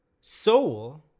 Soul